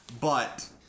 but-